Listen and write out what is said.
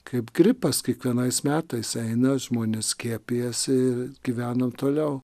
kaip gripas kiekvienais metais eina žmonės skiepijasi gyvenam toliau